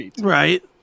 right